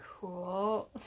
Cool